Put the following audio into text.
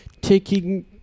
taking